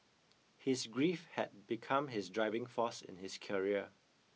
his grief had become his driving force in his career